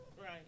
Right